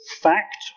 fact